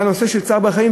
לנושא של צער בעלי-חיים,